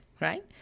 right